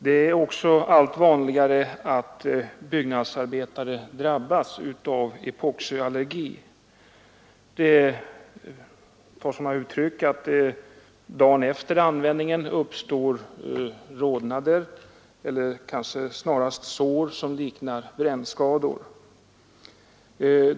Det blir också allt vanligare att byggnadsarbetare drabbas av epoxiallergi. Det tar sig uttryck i att det dagen efter användningen uppstår rodnader eller kanske snarast sår som liknar brännskador.